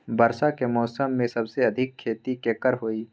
वर्षा के मौसम में सबसे अधिक खेती केकर होई?